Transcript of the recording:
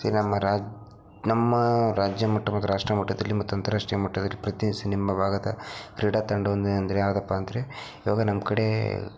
ನಮ್ಮ ರಾ ನಮ್ಮ ರಾಜ್ಯ ಮಟ್ಟ ಮತ್ತು ರಾಷ್ಟ್ರಮಟ್ಟದಲ್ಲಿ ಮತ್ತು ಅಂತರಾಷ್ಟ್ರೀಯ ಮಟ್ಟದಲ್ಲಿ ಪ್ರತಿನಿಧಿಸಿ ನಿಮ್ಮ ಭಾಗದ ಕ್ರೀಡಾ ತಂಡ ಒಂದು ಅಂದರೆ ಯಾವುದಪ್ಪಾ ಅಂದರೆ ಇವಾಗ ನಮ್ಮ ಕಡೆ